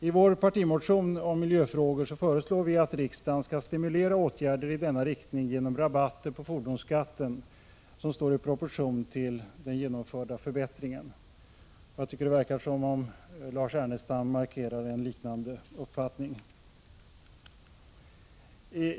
I vår partimotion om miljöfrågor föreslår vi att riksdagen skall stimulera åtgärder i denna riktning genom rabatter på fordonsskatten som står i proportion till genomförda förbättringar. Jag tycker att det verkar som om Lars Ernestam gav uttryck åt en liknande uppfattning.